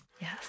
Yes